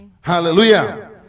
Hallelujah